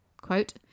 Quote